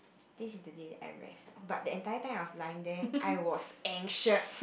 this is the day that I rest but the entire time that I was lying there I was anxious